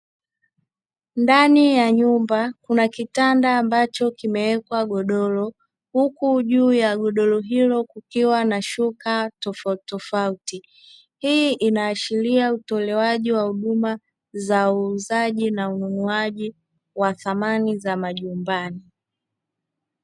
Ndani ya nyumba kuna kitanda ambacho kimewekwa godoro huku juu ya godoro hilo kukiwa na shuka tofauti tofauti hii inaashiria utolewaji wa huduma za uuzaji na ununuaji wa samani za majumbani.